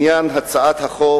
לעניין הצעת חוק